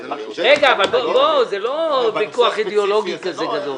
זה לא ויכוח אידיאולוגי כזה גדול.